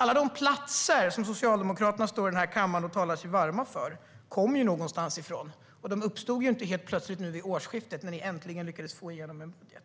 Alla de platser som Socialdemokraterna står i den här kammaren och talar sig varma för kommer någonstans ifrån. De uppstod inte helt plötsligt nu vid årsskiftet när ni äntligen lyckades få igenom en budget.